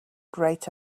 great